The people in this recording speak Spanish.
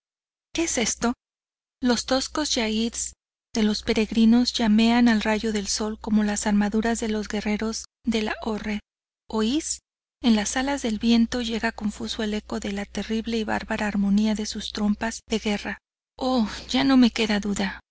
que es esto los toscos yaids de los peregrinos llamean al rayo del sol como las armaduras de los guerreros de lahorre oís en las alas del viento llega confuso el eco de la terrible y bárbara armonía de sus trompas de guerra oh ya no me queda duda